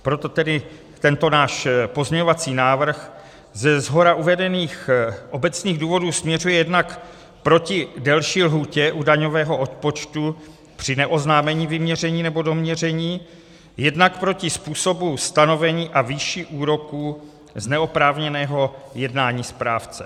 Proto tedy tento náš pozměňovací návrh ze shora uvedených obecných důvodů směřuje jednak proti delší lhůtě u daňového odpočtu při neoznámení vyměření nebo doměření, jednak proti způsobu stanovení a výši úroku z neoprávněného jednání správce.